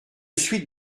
suite